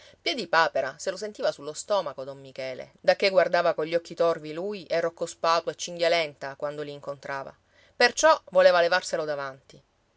santuzza piedipapera se lo sentiva sullo stomaco don michele dacché guardava cogli occhi torvi lui e rocco spatu e cinghialenta quando li incontrava perciò voleva levarselo davanti